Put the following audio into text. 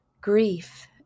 grief